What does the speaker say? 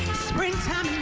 springtime